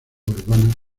urbana